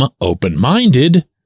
open-minded